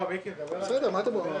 בסדר.